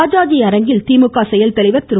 ராஜாஜி அரங்கில் திமுக செயல்தலைவர் திரு